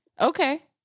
Okay